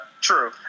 true